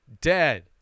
dead